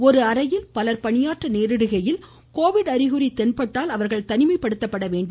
ஒரு அறையில் பலர் பணியாற்ற நேரிடுகையில் கோவிட் அறிகுறி தென்பட்டால் அவர்கள் தனிமைப்படுத்தப்பட வேண்டும்